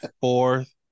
Fourth